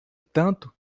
tanto